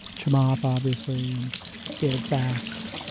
chimoff, obviously, and david sacks,